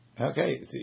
Okay